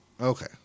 Okay